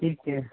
ਠੀਕ ਐ